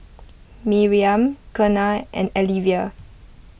Miriam Kenna and Alyvia